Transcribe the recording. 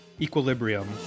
Equilibrium